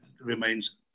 remains